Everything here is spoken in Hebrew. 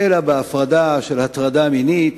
אלא בהפרדה של הטרדה מינית,